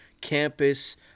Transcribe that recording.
campus